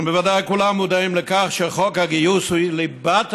אתם בוודאי כולם מודעים לכך שחוק הגיוס הוא ליבת